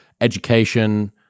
education